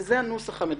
וזה הנוסח המדויק.